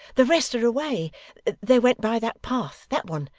the rest are away they went by that path that one.